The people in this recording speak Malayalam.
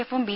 എഫും ബി